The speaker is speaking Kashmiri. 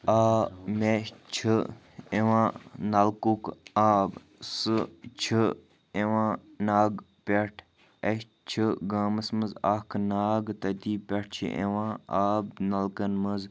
آ مےٚ چھِ یِوان نَلکُک آب سٔہ چھِ یِوان ناگہٕ پٮ۪ٹھ اَسہِ چھِ گامَس منٛز اَکھ ناگ تٔتی پٮ۪ٹھ چھِ یِوان آب نَلکَن منٛز